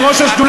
אתה ראש השדולה,